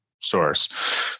source